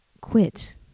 quit